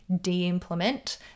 de-implement